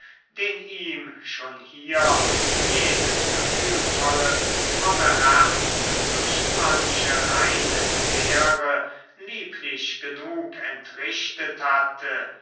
den ihm schon hier jedes gefühlvolle fromme herz durch manche reine zähre lieblich genug entrichtet hatte